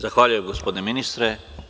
Zahvaljujem, gospodine ministre.